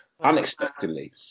unexpectedly